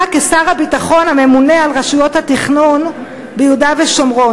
כשר הביטחון הממונה על רשויות התכנון ביהודה ושומרון?